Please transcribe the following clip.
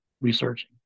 researching